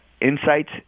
Insights